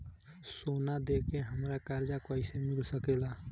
सोना दे के हमरा कर्जा कईसे मिल सकेला?